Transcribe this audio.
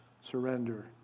surrender